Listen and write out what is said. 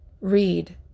read